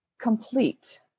complete